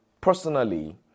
personally